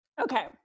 Okay